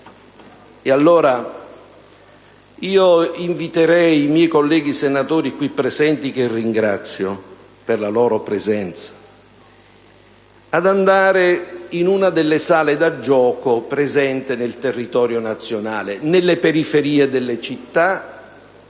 Io invito i miei colleghi senatori, che ringrazio per la loro presenza, ad andare in una delle sale da gioco presenti sul territorio nazionale, nelle periferie delle città,